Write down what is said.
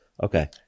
Okay